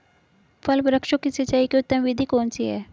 फल वृक्षों की सिंचाई की उत्तम विधि कौन सी है?